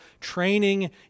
training